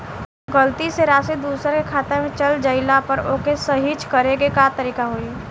गलती से राशि दूसर के खाता में चल जइला पर ओके सहीक्ष करे के का तरीका होई?